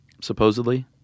supposedly